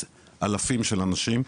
אלפי של אנשים,